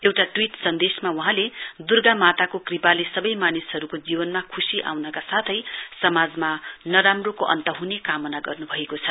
एउटा ट्वीट सन्देशमा वहाँले दुर्गा माताको कृपाले सवै मानिसहरुको जीनवमा ख्शी आउनका साथै समाजमा नराम्रोको अन्त ह्ने कामना गर्नुभएको छ